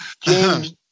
James